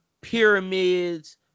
Pyramids